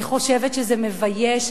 אני חושבת שזה מבייש.